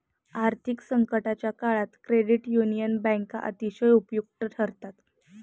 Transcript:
आर्थिक संकटाच्या काळात क्रेडिट युनियन बँका अतिशय उपयुक्त ठरतात